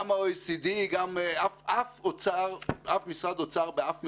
גם ב-OECD וגם בשאר המדינות